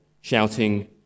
shouting